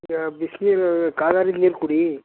ಈಗ ಬಿಸ್ನೀರು ಕಾದು ಆರಿದ ನೀರು ಕುಡಿ